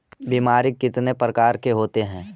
बीमारी कितने प्रकार के होते हैं?